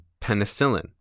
penicillin